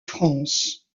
france